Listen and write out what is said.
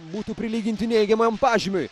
būtų prilyginti neigiamam pažymiui